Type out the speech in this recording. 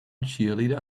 cheerleader